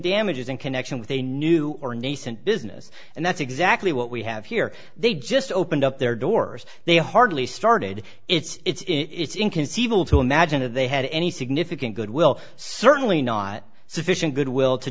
damages in connection with a new or nascent business and that's exactly what we have here they just opened up their doors they hardly started it's inconceivable to imagine that they had any significant goodwill certainly not sufficient goodwill to